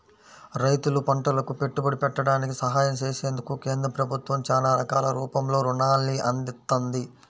రైతులు పంటలకు పెట్టుబడి పెట్టడానికి సహాయం చేసేందుకు కేంద్ర ప్రభుత్వం చానా రకాల రూపంలో రుణాల్ని అందిత్తంది